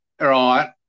right